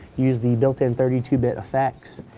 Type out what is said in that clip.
use the built in thirty two bit effects,